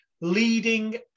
leading